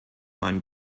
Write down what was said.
meinen